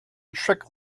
trick